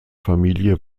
familie